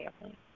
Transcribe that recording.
family